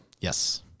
Yes